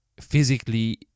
physically